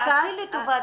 תעשי לי טובה,